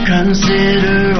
Consider